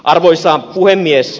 arvoisa puhemies